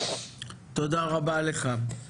התכנית היא לא ספציפית; היא לא ממוקדת בתא שטח כזה או אחר.